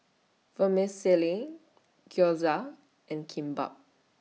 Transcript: Vermicelli Gyoza and Kimbap